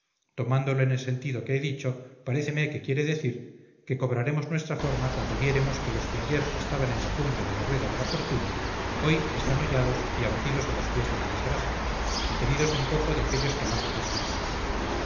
tomándolo en el sentido que he dicho paréceme que quiere decir que cobraremos nuestra forma cuando viéremos que los que ayer estaban en la cumbre de la rueda de la fortuna hoy están hollados y abatidos a los pies de la desgracia y tenidos en poco de aquellos que más los estimaban